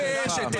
להמשך --- בושה.